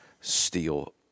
steel